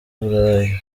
burayi